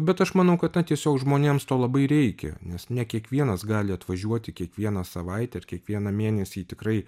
bet aš manau kad na tiesiog žmonėms to labai reikia nes ne kiekvienas gali atvažiuoti kiekvieną savaitę ir kiekvieną mėnesį į tikrai